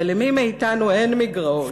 ולמי מאתנו אין מגרעות,